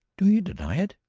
do you deny it?